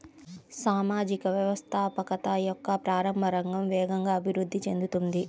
సామాజిక వ్యవస్థాపకత యొక్క ప్రారంభ రంగం వేగంగా అభివృద్ధి చెందుతోంది